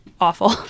awful